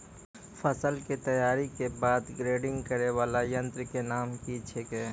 फसल के तैयारी के बाद ग्रेडिंग करै वाला यंत्र के नाम की छेकै?